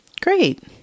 great